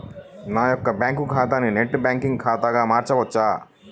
నా యొక్క బ్యాంకు ఖాతాని నెట్ బ్యాంకింగ్ ఖాతాగా మార్చగలరా?